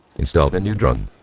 install the new drum.